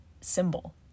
symbol